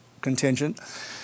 contingent